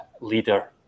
leader